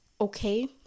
okay